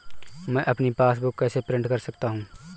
मैं अपनी पासबुक कैसे प्रिंट कर सकता हूँ?